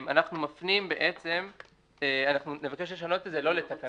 אנחנו נבקש לשנות את זה לא לתקנה,